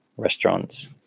restaurants